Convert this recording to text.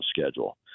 schedule